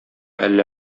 әллә